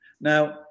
Now